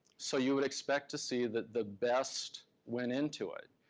so you would expect to see that the best went into it.